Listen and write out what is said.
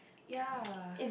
ya